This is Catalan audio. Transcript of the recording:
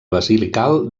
basilical